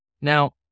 Now